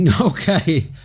okay